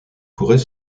pourrait